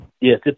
yes